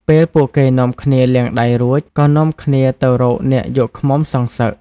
ពេលពួកគេនាំគ្នាលាងដៃរួច ក៏នាំគ្នាទៅរកអ្នកយកឃ្មុំសងសឹក។